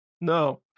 no